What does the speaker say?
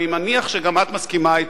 אני מניח שגם את מסכימה אתי,